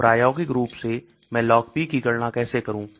तो प्रायोगिक रुप से मैं logP की गणना कैसे करूं